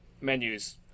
menus